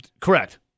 Correct